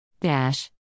Dash